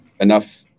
enough